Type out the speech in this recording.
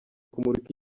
kumurika